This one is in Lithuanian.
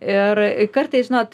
ir kartais žinot